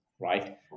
right